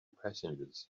passengers